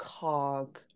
cog